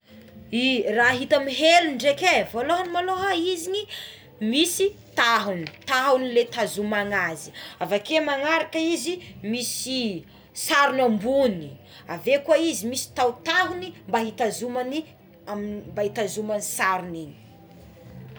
I raha ita amign'ny helo dreki é voalohany moaloha izigny misy tahogny tahogny le itazomana azy avakeo manaraka izy misy sarogny ambogny aveo koa izy misy tahotahogny mba itazomagny mba itazomagny sarogny.